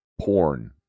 porn